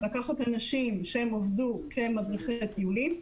לקחת אנשים שעבדו כמדריכי טיולים,